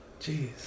Jeez